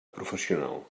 professional